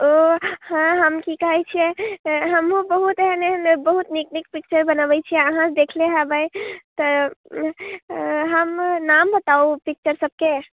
ओ हॅं हम कि कहै छियै हमहू बहुत एहन एहन बहुत नीक नीक पिक्चर बनऽबै छियै आहाँ देखने हेबै तऽ हम नाम बताउ ओ पिक्चर सबके